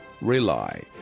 rely